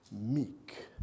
meek